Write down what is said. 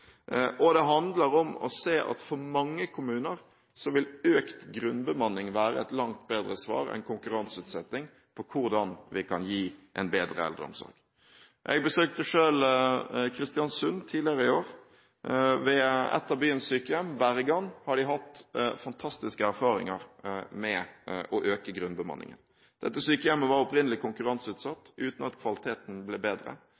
Og det handler om å se at for mange kommuner vil økt grunnbemanning være et langt bedre svar enn konkurranseutsetting på hvordan vi kan gi en bedre eldreomsorg. Jeg besøkte selv Kristiansund tidligere i år. Ved et av byens sykehjem, Bergan, har de hatt fantastiske erfaringer med å øke grunnbemanningen. Dette sykehjemmet var opprinnelig konkurranseutsatt, uten at kvaliteten ble bedre.